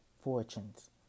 fortunes